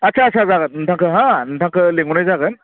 आथसा आथसा जागोन नोंथांखौ हो नोंथांखौ लिंहरनाय जागोन